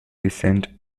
vicente